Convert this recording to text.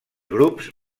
grups